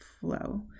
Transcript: flow